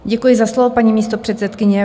Děkuji za slovo, paní místopředsedkyně.